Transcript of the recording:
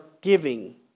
giving